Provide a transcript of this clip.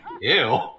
Ew